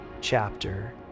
chapter